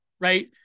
right